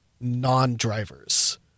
non-drivers